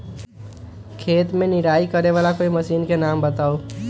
खेत मे निराई करे वाला कोई मशीन के नाम बताऊ?